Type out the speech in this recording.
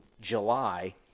July –